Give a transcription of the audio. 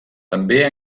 també